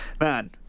Man